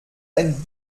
ein